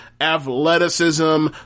athleticism